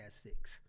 six